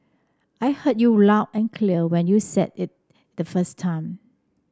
I heard you loud and clear when you said it the first time